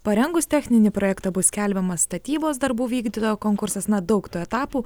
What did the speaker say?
parengus techninį projektą bus skelbiamas statybos darbų vykdytojo konkursas na daug tų etapų